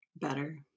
better